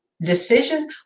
decision